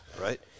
right